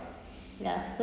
ya